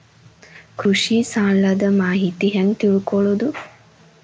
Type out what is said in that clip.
ಕೃಷಿ ಸಾಲದ ಮಾಹಿತಿ ಹೆಂಗ್ ತಿಳ್ಕೊಳ್ಳೋದು?